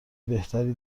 بهتری